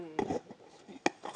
תוך